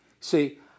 See